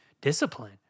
discipline